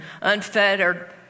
unfettered